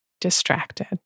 Distracted